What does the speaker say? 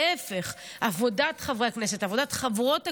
להפך, עבודת חברי הכנסת, עבודת חברות הכנסת,